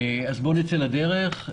בואו נצא לדרך.